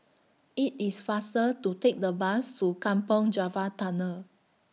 IT IS faster to Take The Bus to Kampong Java Tunnel